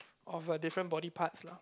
of a different body parts lah